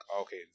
okay